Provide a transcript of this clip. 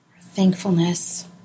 thankfulness